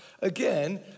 again